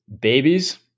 Babies